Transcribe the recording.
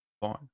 fine